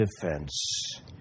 defense